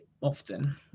often